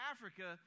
Africa